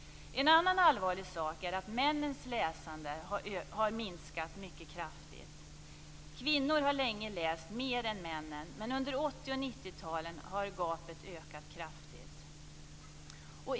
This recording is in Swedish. En annan allvarlig sak är att männens läsande har minskat mycket kraftigt. Kvinnor har länge läst mer än männen, men under 80 och 90-talen har gapet ökat kraftigt.